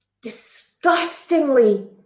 disgustingly